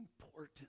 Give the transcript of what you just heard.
important